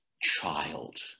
child